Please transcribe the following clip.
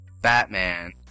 Batman